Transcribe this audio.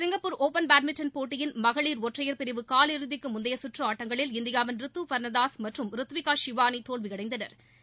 Singapore open badminton போட்டியின் மகளிர் ஒற்றையர் பிரிவு கால் இறுதிக்கு முந்தைய சுற்று ஆட்டங்களில் இந்தியாவின் ரித்து பா்னதாஸ் மற்றும் ரித்விகா ஷிவானி தோல்வியடைந்தனா்